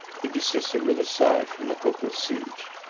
he desisted with a sigh from the hopeless siege.